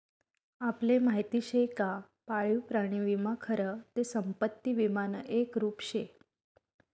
आपले माहिती शे का पाळीव प्राणी विमा खरं ते संपत्ती विमानं एक रुप शे